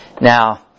Now